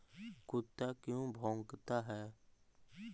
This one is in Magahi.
कुत्ता क्यों भौंकता है?